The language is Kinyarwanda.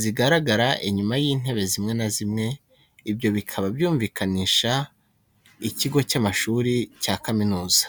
zigaragara inyuma y'intebe zimwe na zimwe, ibyo bikaba byumvikanisha ikigo cy'amashuri cya kaminuza.